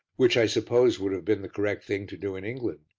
which i suppose would have been the correct thing to do in england,